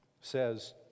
says